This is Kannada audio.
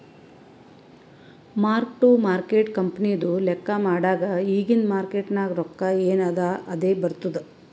ಮಾರ್ಕ್ ಟು ಮಾರ್ಕೇಟ್ ಕಂಪನಿದು ಲೆಕ್ಕಾ ಮಾಡಾಗ್ ಇಗಿಂದ್ ಮಾರ್ಕೇಟ್ ನಾಗ್ ರೊಕ್ಕಾ ಎನ್ ಅದಾ ಅದೇ ಬರ್ತುದ್